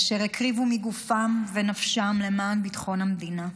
אשר הקריבו מגופם ונפשם למען ביטחון המדינה.